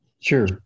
Sure